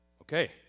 Okay